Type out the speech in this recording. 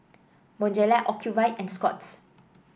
Bonjela Ocuvite and Scott's